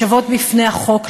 שוות בפני החוק,